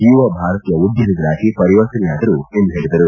ಯುವ ಭಾರತೀಯ ಉದ್ದಮಿಗಳಾಗಿ ಪರಿವರ್ತನೆಯಾದರು ಎಂದು ಹೇಳಿದರು